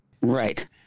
Right